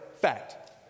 fact